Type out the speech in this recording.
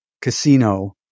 Casino